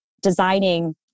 designing